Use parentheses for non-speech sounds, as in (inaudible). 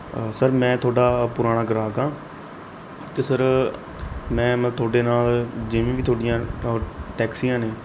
sir ਮੈਂ ਤੁਹਾਡਾ ਪੁਰਾਣਾ ਗ੍ਰਾਹਕ ਹਾਂ ਅਤੇ ਸਰ ਮੈਂ ਮਤ ਤੁਹਾਡੇ ਨਾਲ ਜਿਵੇਂ ਵੀ ਤੁਹਾਡੀਆਂ (unintelligible) ਟੈਕਸੀਆਂ ਨੇ